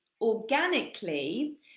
organically